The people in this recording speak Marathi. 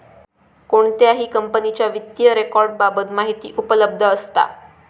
कोणत्याही कंपनीच्या वित्तीय रेकॉर्ड बाबत माहिती उपलब्ध असता